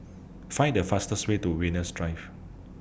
Find The fastest Way to Venus Drive